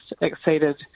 exceeded